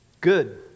Good